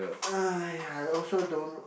!aiya! I also don't